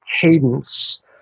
cadence